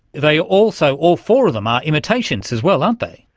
they also all four of them are imitations as well, aren't they.